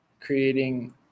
creating